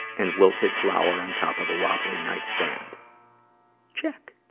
and wilted flower on top of a wobbly nightstand check!